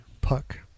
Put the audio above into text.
Puck